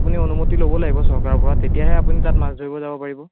আপুনি অনুমতি ল'ব লাগিব চৰকাৰৰ পৰা তেতিয়াহে আপুনি তাত মাছ ধৰিব যাব পাৰিব